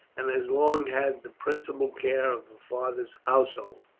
and has long had the principal care of her father's household.